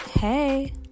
Hey